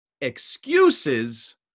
excuses